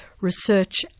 Research